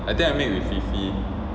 I think I made with fifi